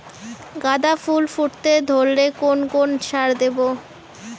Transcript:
গাদা ফুল ফুটতে ধরলে কোন কোন সার দেব?